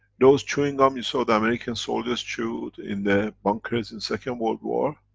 those chewing gum you saw the american soldiers chewed in the bunkers in second world war,